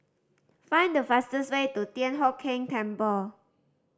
find the fastest way to Thian Hock Keng Temple